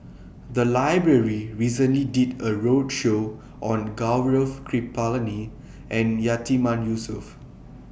The Library recently did A roadshow on Gaurav Kripalani and Yatiman Yusof